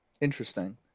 Interesting